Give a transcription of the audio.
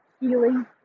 healing